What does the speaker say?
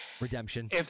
Redemption